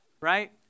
right